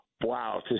Wow